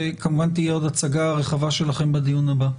וכמובן שתהיה עוד הצגה רחבה שלכם בדיון הבא.